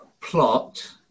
plot